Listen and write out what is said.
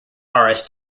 aires